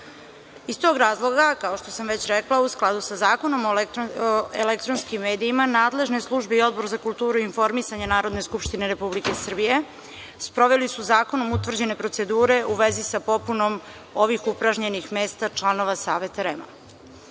tog razloga, kao što sam već rekla, u skladu sa Zakonom o elektronskim medijima, nadležne službe i Odbor za kulturu i informisanje Narodne skupštine Republike Srbije sproveli su zakonom utvrđene procedure u vezi sa popunom ovih upražnjenih mesta članova Saveta REM.U